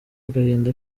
agahinda